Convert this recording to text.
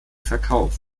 verkauf